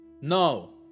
No